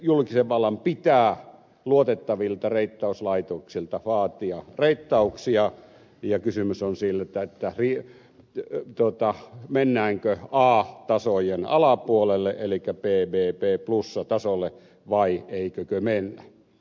julkisen vallan pitää luotettavilta reittauslaitoksilta vaatia reittauksia ja kysymys on siitä mennäänkö a tasojen alapuolelle elikkä tasolle bbb plus vai eikö mennä